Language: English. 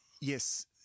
Yes